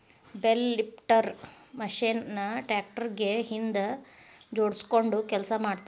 bale lifter machine ನ tractor ಗೆ ಹಿಂದ್ ಜೋಡ್ಸ್ಕೊಂಡು ಕೆಲಸ ಮಾಡ್ತಾರ